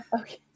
Okay